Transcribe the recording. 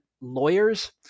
lawyers